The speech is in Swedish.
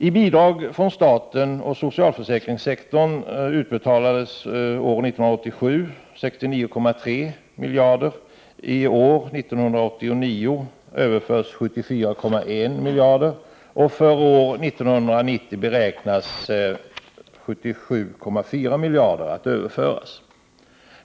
I bidrag från staten och socialförsäkringssektorn utbetalades 69,3 miljarder år 1987, i år 1989 överfördes 74,1 miljarder och för år 1990 beräknas 77,4 miljarder att överföras.